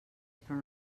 però